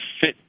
fit